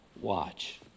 watch